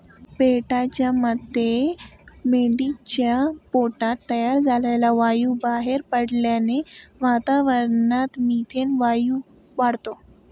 पेटाच्या मते मेंढीच्या पोटात तयार झालेला वायू बाहेर पडल्याने वातावरणात मिथेन वायू वाढतो